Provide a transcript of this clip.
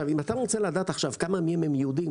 אם אתה רוצה לדעת כמה מהם הם יהודים,